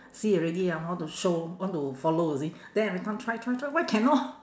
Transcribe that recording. see already ah I want to show want to follow you see then every time try try try why cannot